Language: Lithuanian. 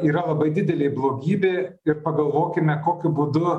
yra labai didelė blogybė ir pagalvokime kokiu būdu